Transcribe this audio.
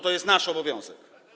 To jest nasz obowiązek.